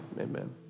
Amen